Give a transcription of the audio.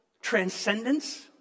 transcendence